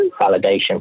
validation